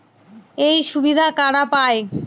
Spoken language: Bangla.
এই সুবিধা কারা পায়?